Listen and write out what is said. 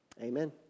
Amen